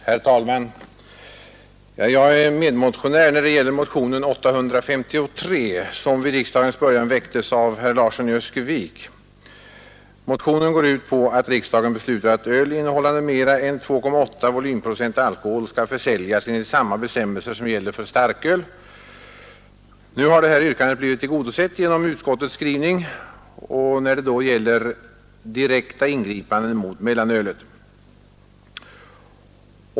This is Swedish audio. Herr talman! Jag är medmotionär när det gäller motionen 853, som vid riksdagens början väcktes av herr Larsson i Öskevik. Motionen går ut på att riksdagen beslutar, att öl innehållande mera än 2,8 volymprocent alkohol skall försäljas enligt samma bestämmelser som gäller för starköl. Nu har detta yrkande blivit tillgodosett genom utskottets skrivning när det gäller direkta ingripanden mot mellanölet.